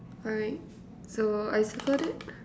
alright so I circled it